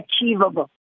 achievable